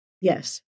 Yes